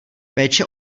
péče